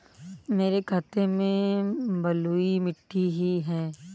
मेरे खेत में बलुई मिट्टी ही है